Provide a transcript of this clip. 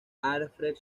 alfred